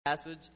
passage